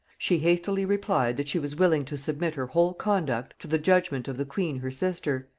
she hastily replied, that she was willing to submit her whole conduct to the judgement of the queen her sister,